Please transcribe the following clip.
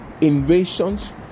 invasions